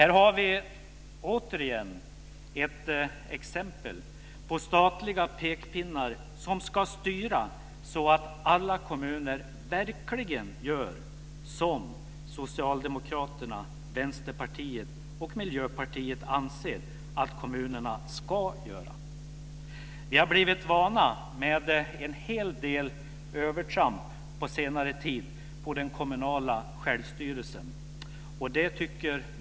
Vi har här återigen ett exempel på att statliga pekpinnar ska styra så att alla kommuner verkligen gör så som Socialdemokraterna, Vänsterpartiet och Miljöpartiet anser att kommunerna ska göra. Vi har på senare tid blivit vana vid att se en hel del övertramp när det gäller den kommunala självstyrelsen.